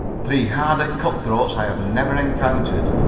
three harder cut-throats i have never encountered.